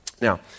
Now